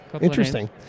Interesting